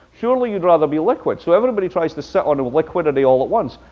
surely you'd rather be liquid, so everybody tries to sit on a liquidity all at once.